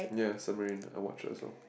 ya Submarine I watched also